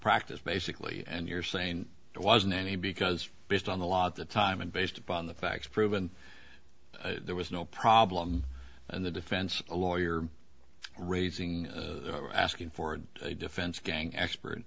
practise basically and you're saying there wasn't any because based on the law at the time and based upon the facts proven there was no problem and the defense lawyer raising asking for a defense gang expert